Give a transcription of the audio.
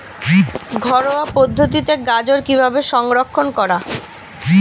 ঘরোয়া পদ্ধতিতে গাজর কিভাবে সংরক্ষণ করা?